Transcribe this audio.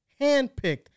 handpicked